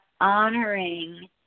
honoring